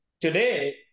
Today